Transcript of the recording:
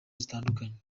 zitandukanye